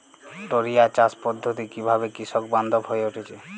টোরিয়া চাষ পদ্ধতি কিভাবে কৃষকবান্ধব হয়ে উঠেছে?